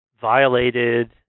violated